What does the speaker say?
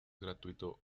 gratuito